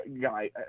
guy